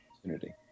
opportunity